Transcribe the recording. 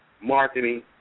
marketing